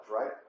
right